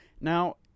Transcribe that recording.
Now